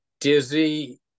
dizzy